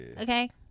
Okay